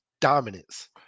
dominance